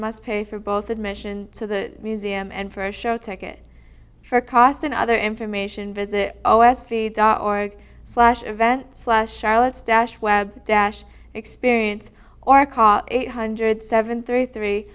must pay for both admission to the museum and for a show ticket for cost and other information visit oh as feed or slash events last charlotte's dash web dash experience or ca eight hundred seven three three